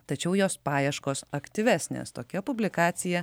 tačiau jos paieškos aktyvesnės tokia publikacija